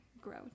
grow